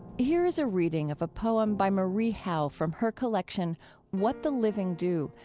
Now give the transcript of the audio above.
here is a reading of a poem by marie howe from her collection what the living do,